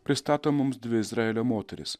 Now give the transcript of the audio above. pristato mums dvi izraelio moteris